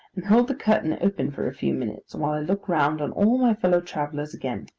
and hold the curtain open for a few minutes while i look round on all my fellow-travellers again.